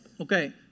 Okay